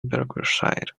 berwickshire